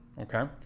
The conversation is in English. Okay